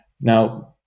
Now